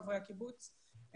חברי הקיבוצים,